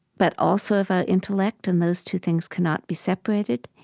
but also of our intellect. and those two things cannot be separated.